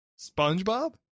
Spongebob